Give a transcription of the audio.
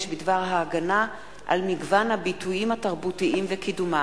בדבר ההגנה על מגוון הביטויים התרבותיים וקידומם.